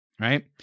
right